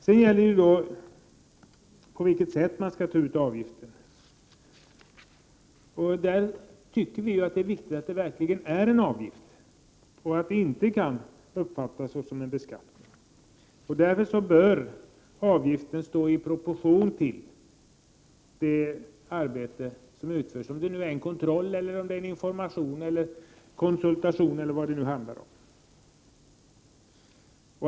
Sedan gäller det på vilket sätt man skall ta ut avgifterna. För vår del tycker vi att det är viktigt att det verkligen rör sig om en avgift och att det inte kan uppfattas som en beskattning. Därför bör avgiften stå i proportion till det arbete som utförs. Det må vara en kontroll, en information, en konsultation eller något annat.